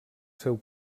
seu